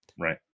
right